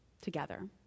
together